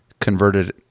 converted